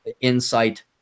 insight